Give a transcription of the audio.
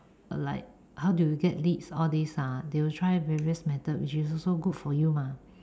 like how do you get leads all these ah they will try various methods which is also good for you mah